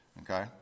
Okay